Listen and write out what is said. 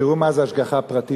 תראו מה זה השגחה פרטית,